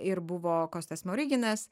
ir buvo kostas smoriginas